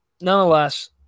nonetheless